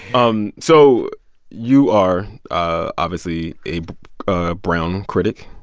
um so you are ah obviously a ah brown critic.